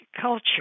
culture